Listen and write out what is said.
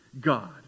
God